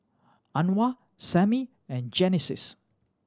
Anwar Sammie and Genesis